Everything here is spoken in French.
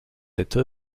cette